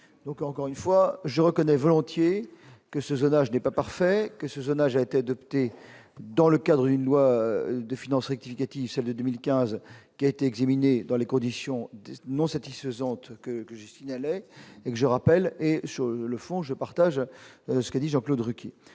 donc encore une fois, je reconnais volontiers que ce zonage n'est pas parfait que ce zonage a été adopté dans le cadre d'une loi de finances rectificative, celle de 2015, qui a été examinée dans les conditions non satisfaisante que je signalais et je rappelle et sur le fond, je partage ce que dit Jean-Claude Requier